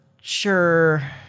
sure